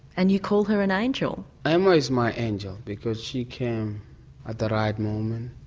and you call her an angel. emma is my angel because she came at the right moment